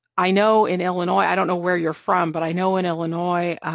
i know in illinois, i don't know where you're from, but i know in illinois,